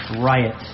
riot